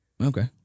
Okay